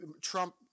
Trump